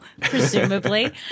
presumably